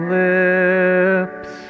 lips